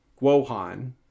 Guohan